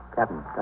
Captain